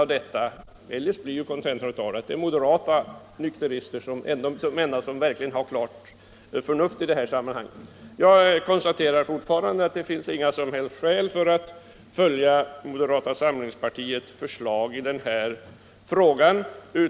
Eljest blir kontentan att det endast skulle vara nykteristerna inom moderata samlingspartiet som skulle ha ett klart förnuft i det här sammanhanget. Jag konstaterar fortfarande att det inte finns något som helst skäl att följa moderata samlingspartiets förslag i den här frågan.